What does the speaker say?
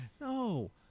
No